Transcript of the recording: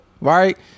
right